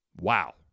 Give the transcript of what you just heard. Wow